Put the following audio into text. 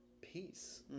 peace